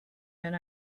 and